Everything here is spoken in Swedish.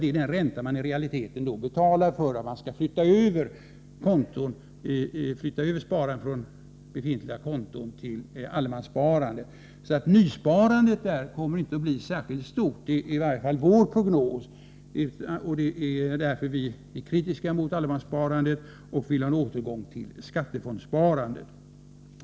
Det är den ränta staten i realiteten betalar för att kapital skall flyttas över från befintliga konton till allemanssparande. Nysparandet kommer med andra ord inte att bli särskilt stort genom denna sparform. Detta är i varje fall vår prognos, och det är därför vi är kritiska mot allemanssparandet och vill ha en återgång till skattefondssparandet.